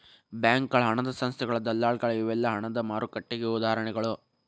ಬ್ಯಾಂಕಗಳ ಹಣದ ಸಂಸ್ಥೆಗಳ ದಲ್ಲಾಳಿಗಳ ಇವೆಲ್ಲಾ ಹಣದ ಮಾರುಕಟ್ಟೆಗೆ ಉದಾಹರಣಿಗಳ